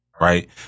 Right